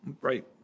Right